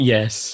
Yes